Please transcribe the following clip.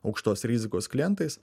aukštos rizikos klientais